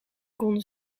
kon